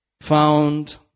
found